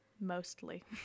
mostly